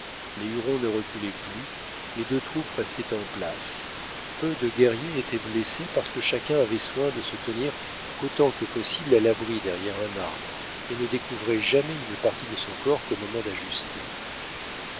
les hurons ne reculaient plus les deux troupes restaient en place peu de guerriers étaient blessés parce que chacun avait soin de se tenir autant que possible à l'abri derrière un arbre et ne découvrait jamais une partie de son corps qu'au moment d'ajuster